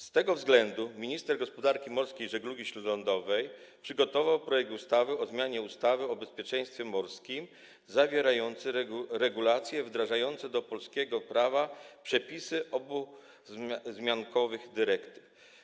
Z tego względu minister gospodarki morskiej i żeglugi śródlądowej przygotował projekt ustawy o zmianie ustawy o bezpieczeństwie morskim zawierający regulacje wdrażające do polskiego prawa przepisy obu wzmiankowanych dyrektyw.